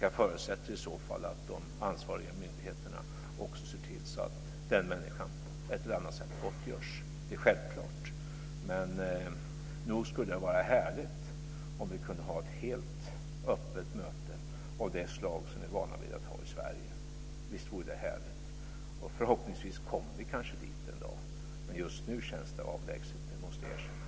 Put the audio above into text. Jag förutsätter att de ansvariga myndigheterna, i så fall, ser till att den människan gottgörs på ett eller annat sätt. Det är självklart. Nog skulle det vara härligt om vi kunde ha ett helt öppet möte, som vi är vana vid att ha i Sverige. Visst vore det härligt. Förhoppningsvis kommer vi dit en dag. Men just nu känns det avlägset, det måste jag erkänna.